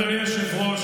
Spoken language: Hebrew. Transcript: אדוני היושב-ראש,